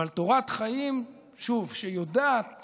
אבל תורת חיים, שוב, שיודעת